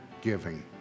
giving